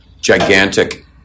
Gigantic